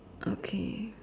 okay